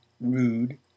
rude